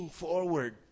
forward